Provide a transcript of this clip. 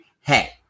hey